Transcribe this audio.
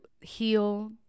heal